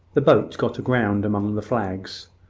the boat got aground amongst the flags,